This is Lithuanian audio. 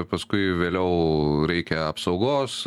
paskui vėliau reikia apsaugos